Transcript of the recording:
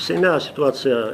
seime situacija